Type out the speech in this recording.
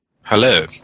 Hello